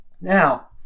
Now